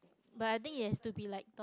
but I think it has to be like